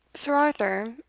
sir arthur,